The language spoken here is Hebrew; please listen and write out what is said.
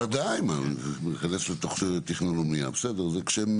זה כבר